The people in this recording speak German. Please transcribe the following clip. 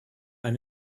ein